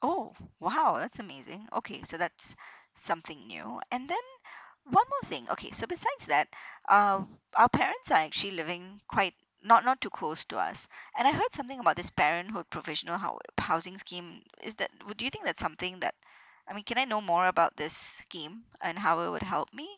oh !wow! that's amazing okay so that's something new and then one more thing okay so besides that uh our parents are actually living quite not not too close to us and I heard something about this parenthood provisional hou~ housing scheme is that would you think that's something that I mean can I know more about this scheme and how it would help me